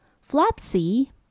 Flopsy